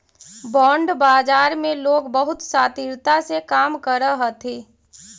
bond बाजार में लोग बहुत शातिरता से काम करऽ हथी